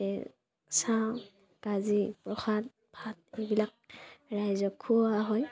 এই চাহ গাজি প্ৰসাদ ভাত এইবিলাক ৰাইজক খুওৱা হয়